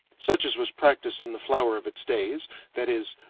such as was practiced in the flower of its days that is,